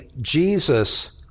Jesus